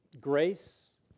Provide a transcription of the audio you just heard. grace